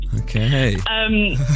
Okay